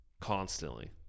constantly